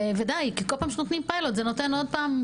ודי כי כל פעם כשנותנים פיילוט זה נותן עוד פעם,